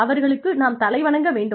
அவர்களுக்கு நாம் தலைவணங்க வேண்டும்